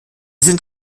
sind